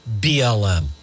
BLM